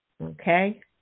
Okay